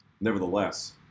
nevertheless